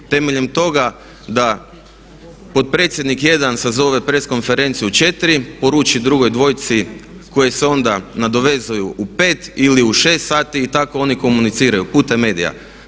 Temeljem toga da potpredsjednik jedan sazove press konferenciju u 4, poruči drugoj dvojci koji se onda nadovezuju u 5 ili u 6 sati i tako oni komuniciraju putem medija.